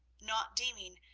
not deeming,